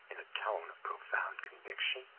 in a tone of profound conviction.